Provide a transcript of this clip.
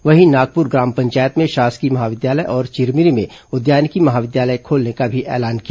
वहीं नागप्र ग्राम पंचायत में शासकीय महाविद्यालय और चिरमिरी में उद्यानिकी महाविद्यालय खोलने का भी ऐलान किया